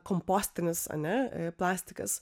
kompostinis ane plastikas